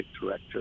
director